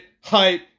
hype